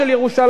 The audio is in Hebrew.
שגם אותו,